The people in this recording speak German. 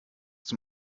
zum